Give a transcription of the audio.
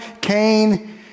Cain